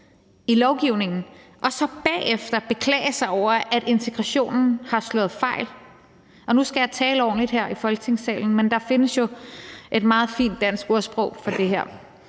i lovgivningen, og så bagefter beklage sig over, at integrationen har slået fejl. Nu skal jeg tale ordentligt her i Folketingssalen, og der findes jo et meget fint dansk ordsprog for det her,